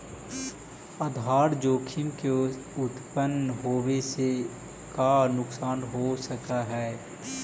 आधार जोखिम के उत्तपन होवे से का नुकसान हो सकऽ हई?